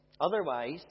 otherwise